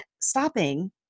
stopping